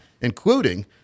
including